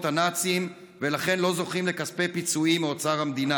הנאצים ולכן לא זוכים לכספי פיצויים מאוצר המדינה.